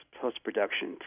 post-production